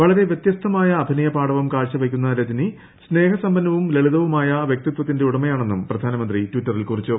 വളരെ വ്യത്യസ്തമായ അഭിനയ പാടവം കാഴ്ച വയ്ക്കുന്ന രജനി സ്നേഹ സമ്പന്നവും ലളിതവുമായ വ്യക്തിത്വത്തിന്റെ ഉടമയാണെന്നും പ്രധാനമന്ത്രി ട്വിറ്ററിൽ കുറിച്ചു